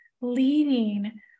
leading